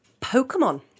Pokemon